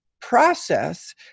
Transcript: process